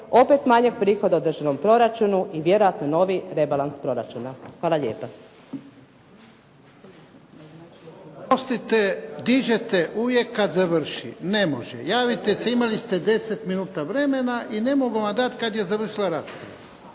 opet manje prihode u državnom proračunu i vjerojatno novi rebalans proračuna. Hvala lijepa.